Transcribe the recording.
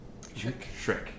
Shrek